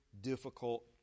difficult